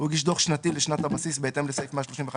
הוא הגיש דוח שנתי לשנת הבסיס בהתאם לסעיף 131